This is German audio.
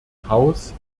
haus